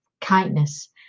Kindness